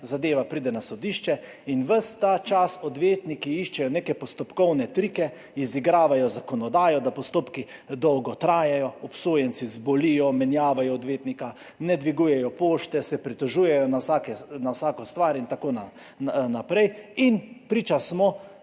zadeva pride na sodišče in ves ta čas odvetniki iščejo neke postopkovne trike, izigravajo zakonodajo, da postopki dolgo trajajo, obsojenci zbolijo, menjavajo odvetnika, ne dvigujejo pošte, se pritožujejo na vsako stvar in tako naprej in priča smo